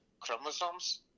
chromosomes